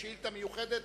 שאילתא מיוחדת,